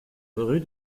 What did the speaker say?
rue